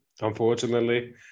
unfortunately